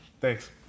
Thanks